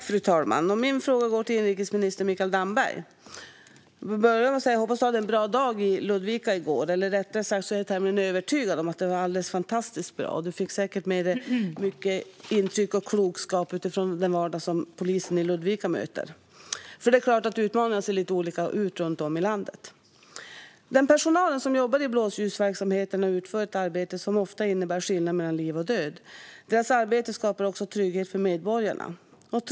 Fru talman! Min fråga går till inrikesminister Mikael Damberg. Jag vill börja med att säga att jag hoppas att du hade en bra dag i Ludvika i går - eller rättare sagt är jag tämligen övertygad om att den var fantastiskt bra. Du fick säkert med dig många intryck och mycket klokskap när det gäller den vardag som polisen i Ludvika möter. Det är klart att utmaningarna ser lite olika ut runt om i landet. Den personal som jobbar i blåljusverksamheten utför ett arbete som ofta innebär skillnad mellan liv och död. Deras arbete skapar också trygghet för medborgarna.